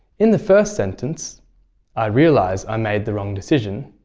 in the first sentence i realise i made the wrong decision.